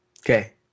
Okay